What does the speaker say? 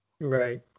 Right